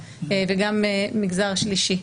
וגם עם המגזר השלישי.